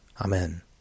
Amen